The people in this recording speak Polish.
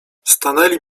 stanęli